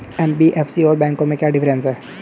NBFC और बैंकों में क्या डिफरेंस है?